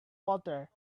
water